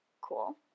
cool